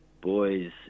Boys